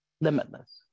limitless